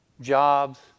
jobs